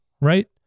Right